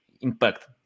impact